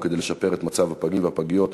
בהחלט.